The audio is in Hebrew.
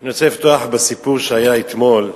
אני רוצה לפתוח בסיפור שהיה אתמול,